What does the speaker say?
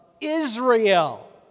Israel